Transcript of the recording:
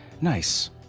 Nice